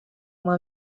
uma